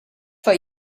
for